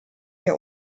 der